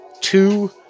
two